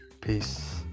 peace